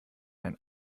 ein